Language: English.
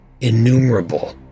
innumerable